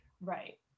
right